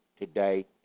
today